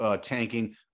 tanking